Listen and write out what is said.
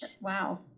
Wow